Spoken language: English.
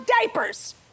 diapers